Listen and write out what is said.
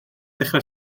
dechrau